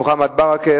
מוחמד ברכה,